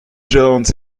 jones